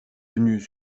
venus